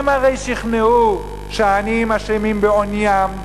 הם הרי שכנעו שהעניים אשמים בעוניים,